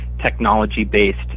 technology-based